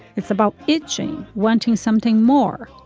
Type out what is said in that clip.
it's about itching wanting something more.